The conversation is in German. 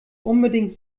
unbedingt